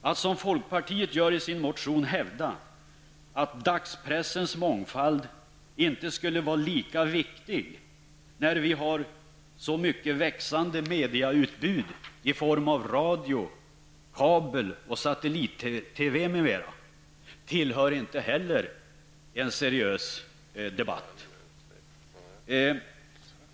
Att som folkpartiet gör i sin motion hävda att dagspressens mångfald inte skulle vara lika viktig när vi har så mycket växande mediautbud i form av radio, kabel och satellit-TV m.m. tillhör inte heller en seriös debatt.